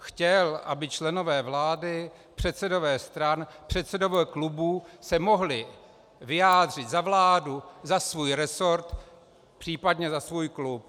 Chtěl, aby členové vlády, předsedové stran, předsedové klubů se mohli vyjádřit za vládu, za svůj resort, případně za svůj klub.